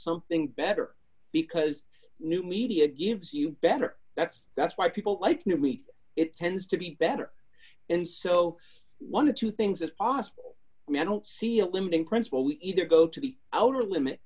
something better because new media gives you better that's that's why people like new meat it tends to be better and so one of two things that aust me i don't see a limiting principle we either go to the outer limits